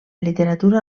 literatura